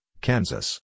Kansas